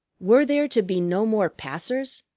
were there to be no more passers?